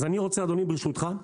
אז אני רוצה אדוני, ברשותך,